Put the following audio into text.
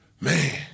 man